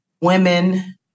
women